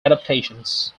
adaptations